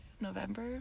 November